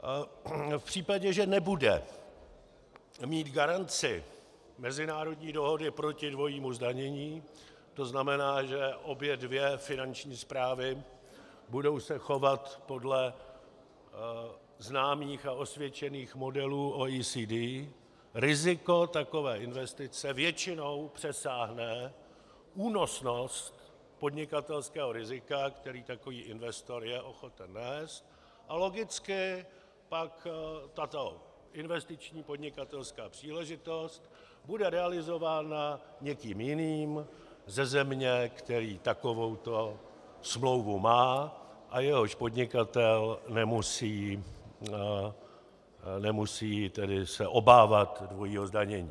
V případě, že nebude mít garanci mezinárodní dohody proti dvojímu zdanění, to znamená, že obě dvě finanční správy se budou chovat podle známých a osvědčených modelů OECD, riziko takové investice většinou přesáhne únosnost podnikatelského rizika, kterou takový investor je ochoten nést, a logicky pak tato investiční podnikatelská příležitost bude realizována někým jiným ze země, která takovouto smlouvu má a jejíž podnikatel se nemusí obávat dvojího zdanění.